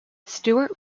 stewart